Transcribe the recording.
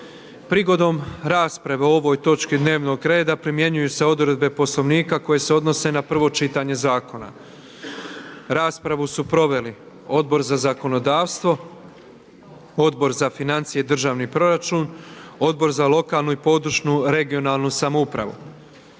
Prigodom rasprave o ovoj točki dnevnog reda primjenjuju se odredbe Poslovnika koje se odnose na prvo čitanje Zakona. Raspravu su proveli Odbor za zakonodavstvo, Odbor za financije i državni proračun, Odbor za lokalnu i područnu regionalnu samoupravu.